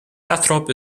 lathrop